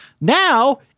Now